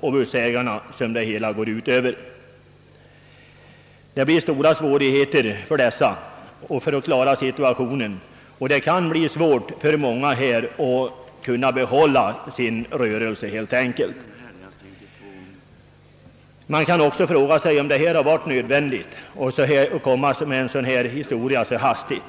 och bussägarna som det hela går ut i början. För dessa blir det stora svårigheter att klara situationen, och det kan bli svårt för många att ens kunna behålla sin rörelse. Man kan också fråga sig om det varit nödvändigt att komma med denna skattehöjning så hastigt.